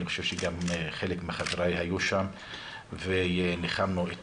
אני חושב שגם חלק מחבריי היו שם וניחמנו את